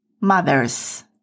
mothers